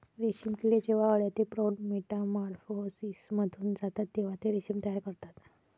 रेशीम किडे जेव्हा अळ्या ते प्रौढ मेटामॉर्फोसिसमधून जातात तेव्हा ते रेशीम तयार करतात